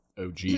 OG